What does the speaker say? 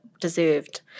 deserved